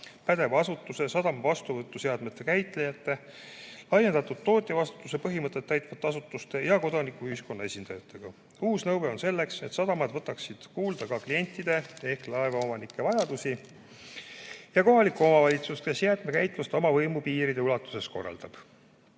pädeva asutuse, sadama vastuvõtuseadmete käitlejate, laiendatud tootjavastutuse põhimõtet täitvate asutuste ja kodanikuühiskonna esindajatega. Uus nõue on selleks, et sadamad võtaksid kuulda ka klientide ehk laevaomanike vajadusi ja kohalikku omavalitsust, kes jäätmekäitlust oma võimupiiride ulatuses korraldab.